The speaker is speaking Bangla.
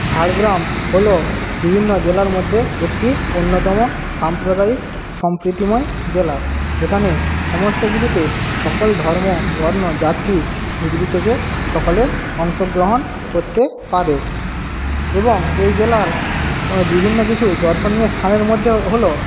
ঝাড়গ্রাম হল বিভিন্ন জেলার মধ্যে একটি অন্যতম সাম্প্রদায়িক সম্প্রীতিময় জেলা এখানে সমস্ত কিছুতে সকল ধর্ম বর্ণ জাতি নির্বিশেষে সকলে অংশগ্রহণ করতে পারে এবং এই জেলার বিভিন্ন কিছু দর্শনীয় স্থানের মধ্যে হল